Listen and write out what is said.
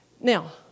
Now